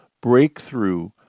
Breakthrough